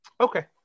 Okay